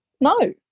No